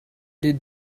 did